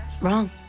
Wrong